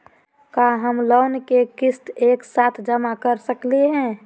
का हम लोन के किस्त एक साथ जमा कर सकली हे?